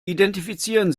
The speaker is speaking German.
identifizieren